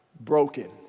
Broken